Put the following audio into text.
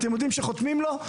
אתם יודעים שחותמים לו.